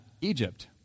Egypt